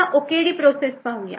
आता OKD process पाहूया